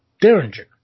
Derringer